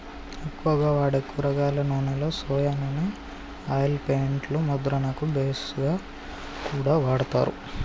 ఎక్కువగా వాడే కూరగాయల నూనెలో సొయా నూనె ఆయిల్ పెయింట్ లు ముద్రణకు బేస్ గా కూడా వాడతారు